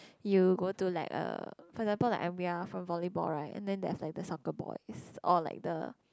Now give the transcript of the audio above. you go to like uh for example like from volleyball right and then there is like the soccer boys or like the